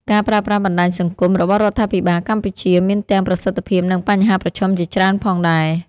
ការប្រើប្រាស់បណ្ដាញសង្គមរបស់រដ្ឋាភិបាលកម្ពុជាមានទាំង ប្រសិទ្ធភាព និងបញ្ហាប្រឈមជាច្រើនផងដែរ។